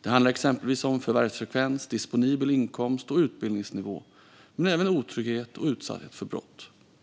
Det handlar exempelvis om förvärvsfrekvens, disponibel inkomst och utbildningsnivå men även om otrygghet och utsatthet för brott.